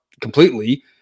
completely